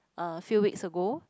a few weeks ago